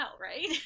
right